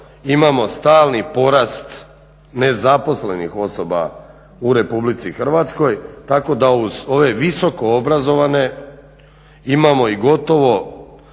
imamo stalni porast nezaposlenih osoba u Republici Hrvatskoj, tako da uz ove visoko obrazovane imamo i gotovo